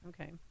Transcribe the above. Okay